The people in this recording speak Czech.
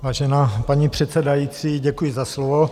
Vážená paní předsedající, děkuji za slovo.